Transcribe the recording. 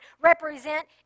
represent